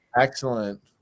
Excellent